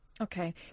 Okay